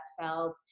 felt